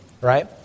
right